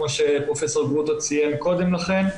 כפי שפרופ' גרוטו ציין קודם לכן,